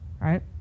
right